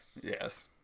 Yes